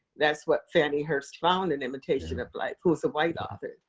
that's what fannie hurst found in imitation of life, who's a white author,